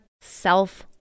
self